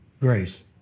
grace